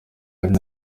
yari